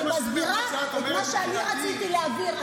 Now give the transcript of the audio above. היא מסבירה את מה שאני רציתי להגיד.